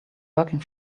working